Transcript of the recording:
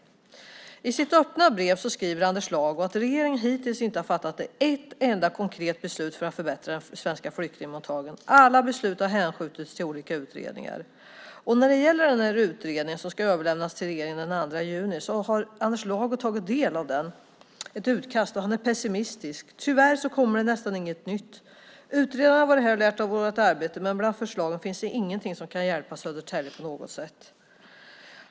I sitt öppna brev skriver Anders Lago att regeringen hittills inte har fattat ett enda konkret beslut för att förbättra det svenska flyktingmottagandet. Alla beslut har hänskjutits till olika utredningar. När det gäller den utredning som ska överlämnas till regeringen den 2 juni har Anders Lago tagit del av ett utkast, och han är pessimistisk: Tyvärr kommer det nästan inget nytt. Utredaren har varit här och lärt av vårt arbete, men bland förslagen finns det ingenting som kan hjälpa Södertälje på något sätt.